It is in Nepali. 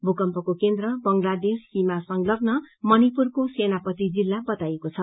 भूकम्पको केन्द्र बंगालादेश सीमा संलग्न मणिपुरको सेनापति जिल्ला बताइएको छ